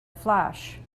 flash